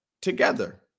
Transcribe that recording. together